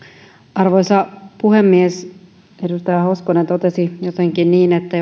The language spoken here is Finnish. arvoisa puhemies edustaja hoskonen totesi jotenkin niin että